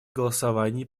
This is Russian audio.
голосовании